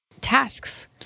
tasks